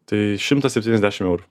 tai šimtas septyniasdešimt eurų